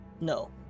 No